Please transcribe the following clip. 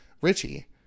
Richie